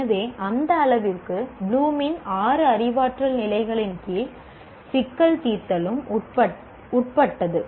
எனவே அந்த அளவிற்கு ப்ளூமின் ஆறு அறிவாற்றல் நிலைகளின் கீழ் சிக்கல் தீர்த்தலும் உட்பட்டது